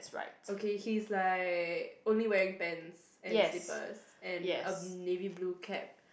okay he is like only wear pants and slippers and a navy blue cap